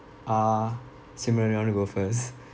uh simeon you want to go first